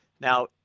Now